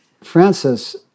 Francis